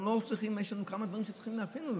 יש לנו כמה דברים שצריכים לאפיין אותנו.